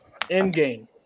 Endgame